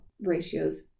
ratios